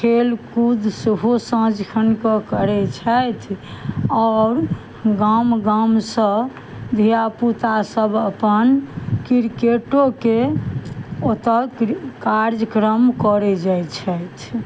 खेलकूद सेहो साँझ खन कऽ करै छथि आओर गाम गामसँ धियापुता सब अपन क्रिकेटोके ओतऽ कार्यक्रम करै जाइ छथि